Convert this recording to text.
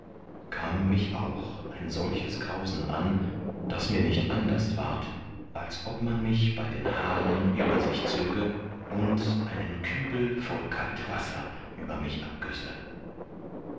kam mich auch ein solches grausen an daß mir nicht anderst ward als ob man mich bei den haaren über sich zöge und einen kübel voll kalt wasser über mich abgösse